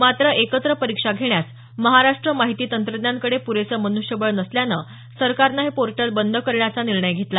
मात्र एकत्र परिक्षा घेण्यास महाराष्ट्र माहिती तंत्रज्ञानकडे प्रेसं मन्ष्यबळ नसल्यानं सरकारनं हे पोर्टल बंद करण्याचा निर्णय घेतला